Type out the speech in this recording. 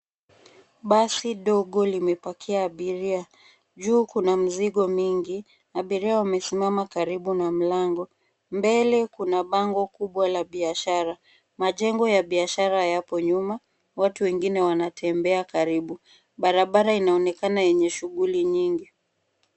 Basi dogo limepakia abiria. Juu kuna mzigo mingi. Abiria wamesimama karibu na mlango. Mbele kuna bango kubwa la biashara. Majengo ya biashara yapo nyuma, watu wengine wanatembea karibu. Barabara inaonekana yenye shughuli nyingi.